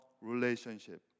relationship